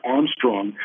Armstrong